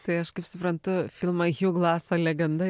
tai aš kaip suprantu filmą hju glaso legenda